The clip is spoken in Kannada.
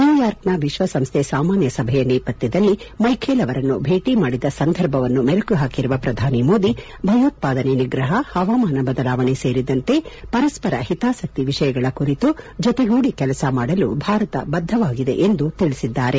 ನ್ಯೂಯಾರ್ಕ್ನ ವಿಶ್ವಸಂಸ್ದೆ ಸಾಮಾನ್ವ ಸಭೆಯ ನೇಪಥ್ಯದಲ್ಲಿ ಮ್ಸೆಬೆಲ್ ಅವರನ್ನು ಭೇಟಿ ಮಾಡಿದ ಸಂದರ್ಭವನ್ನು ಮೆಲುಕು ಹಾಕಿರುವ ಪ್ರಧಾನಿ ಮೋದಿ ಭಯೋತ್ವಾದನೆ ನಿಗ್ರಹ ಹವಾಮಾನ ಬದಲಾವಣೆ ಸೇರಿದಂತೆ ಪರಸ್ವರ ಹಿತಾಸಕ್ತಿಯ ವಿಷಯಗಳ ಕುರಿತು ಜತೆಗೂಡಿ ಕೆಲಸ ಮಾಡಲು ಭಾರತ ಬದ್ಗವಾಗಿದೆ ಎಂದು ತಿಳಿಸಿದರು